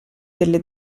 delle